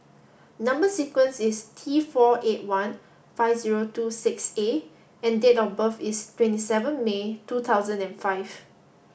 number sequence is T four eight one five zero two six A and date of birth is twenty seven May two thousand and five